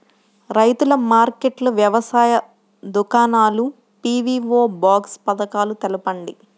రైతుల మార్కెట్లు, వ్యవసాయ దుకాణాలు, పీ.వీ.ఓ బాక్స్ పథకాలు తెలుపండి?